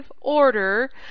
order